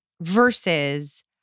versus